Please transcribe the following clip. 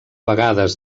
vegades